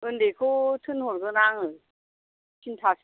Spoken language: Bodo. ओन्दैखौ थिनहरगोन आङो थिनथासो